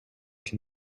can